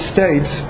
States